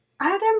Adam